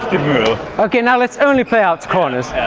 okay now let's only play out to corners!